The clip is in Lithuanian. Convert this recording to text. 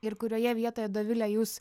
ir kurioje vietoje dovile jūs